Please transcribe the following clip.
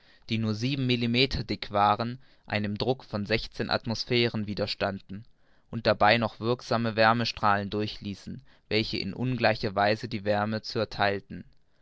die nur sieben millimeter dick waren einem druck von sechzehn atmosphären widerstanden und dabei noch wirksame wärmestrahlen durchließen welche in ungleicher weise die wärme zuertheilten